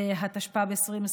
התשפ"ב 2021,